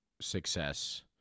success